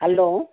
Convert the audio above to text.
hello